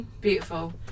Beautiful